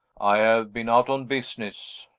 i have been out on business,